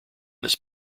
this